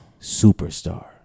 superstar